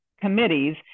committees